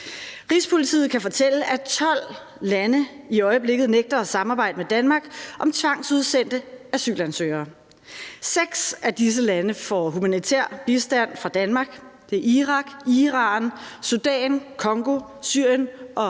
Rigspolitiet kan fortælle, at 12 lande i øjeblikket nægter at samarbejde med Danmark om tvangsudsendte asylansøgere. 6 af disse lande får humanitær bistand fra Danmark. Det er Irak, Iran, Sudan, Congo, Syrien og